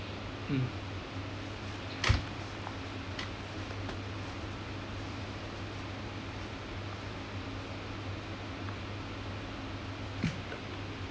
mm